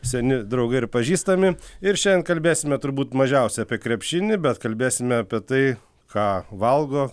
seni draugai ir pažįstami ir šiandien kalbėsime turbūt mažiausiai apie krepšinį bet kalbėsime apie tai ką valgo